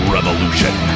Revolution